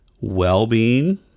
well-being